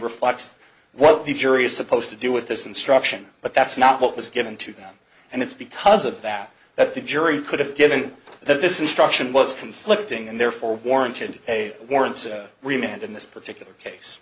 reflects what the jury is supposed to do with this instruction but that's not what was given to them and it's because of that that the jury could have given that this instruction was conflicting and therefore warranted a warrant remain and in this particular case